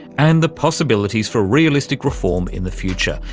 and the possibilities for realistic reform in the future,